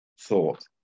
thought